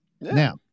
Now